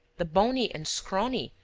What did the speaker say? the bony and scrawny,